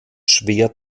schwer